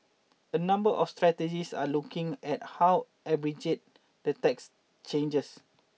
a number of strategists are looking at how arbitrage the tax changes